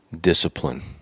discipline